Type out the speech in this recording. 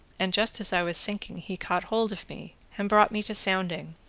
and, just as i was sinking, he caught hold of me, and brought me to sounding,